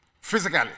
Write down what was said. physically